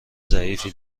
ظریفی